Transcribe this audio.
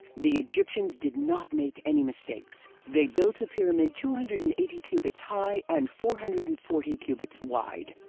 the egyptians did not make any mistakes. they built a pyramid two hundred and eighty cubits high and four hundred and forty cubits wide.